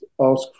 ask